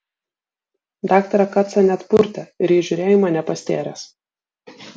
daktarą kacą net purtė ir jis žiūrėjo į mane pastėręs